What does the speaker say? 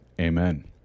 amen